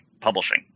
Publishing